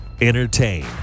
Entertain